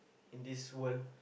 in this world